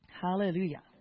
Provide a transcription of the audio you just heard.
hallelujah